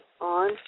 on